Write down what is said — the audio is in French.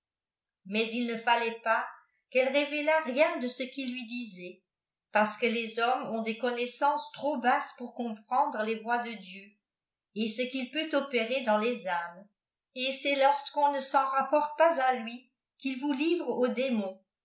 mais il ne fallait pas qu'elle révélât rien de ce qu'il lui disait parce que les hommes ont des connaissances trop basses pour comprendre les voies de dieu et ce qu'il peut opérer dans les âmes et c'est lorsqu'on ne s'en rapporte pas à lui qu'il vous livre au dnmi